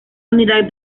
unidad